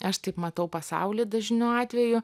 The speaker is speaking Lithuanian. aš taip matau pasaulį dažnu atveju